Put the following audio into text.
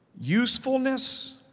Usefulness